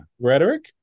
Rhetoric